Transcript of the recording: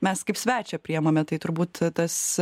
mes kaip svečią priimame tai turbūt tas